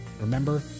Remember